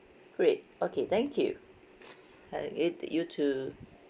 great okay thank you uh eh you too